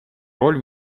роль